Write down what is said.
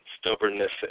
stubbornness